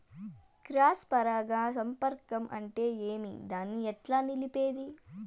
Cross పరాగ సంపర్కం అంటే ఏమి? దాన్ని ఎట్లా నిలిపేది?